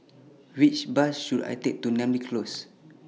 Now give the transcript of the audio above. Which Bus should I Take to Namly Close